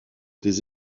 des